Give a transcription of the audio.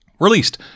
Released